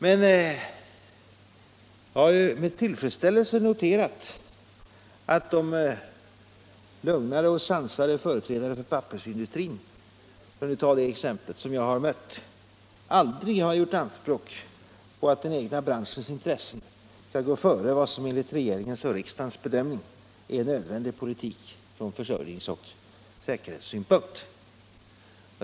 Men jag har med tillfredsställelse noterat att de lugna och sansade företrädare för pappersindustrin — för att nu ta det exemplet — som jag mött aldrig har gjort anspråk på att den egna branschens intressen skall gå före vad som enligt regeringens och riksdagens bedömning är en nödvändig politik från försörjnings och säkerhetssynpunkt.